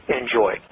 enjoy